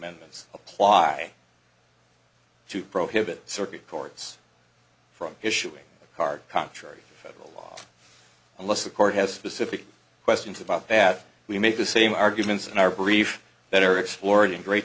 amendments apply to prohibit circuit courts from issuing a card contrary federal law unless the court has specific questions about that we make the same arguments in our brief that are explored in great